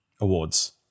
awards